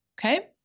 Okay